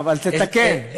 אבל תתקן,